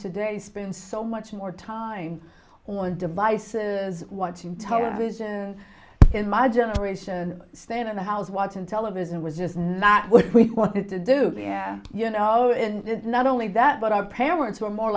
today spend so much more time on devices watching television in my generation staying in the house was in television was just not what we wanted to do you know and it's not only that but our parents were more